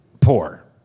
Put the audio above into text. poor